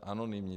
Anonymní.